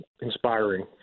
inspiring